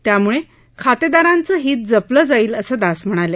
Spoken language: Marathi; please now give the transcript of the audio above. त्यामुळे खातेदारांचं हित जपलं जाईल असं दास म्हणाले